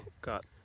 got